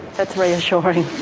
that's reassuring.